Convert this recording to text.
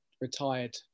retired